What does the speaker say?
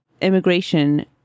immigration